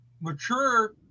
mature